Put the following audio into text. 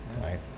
right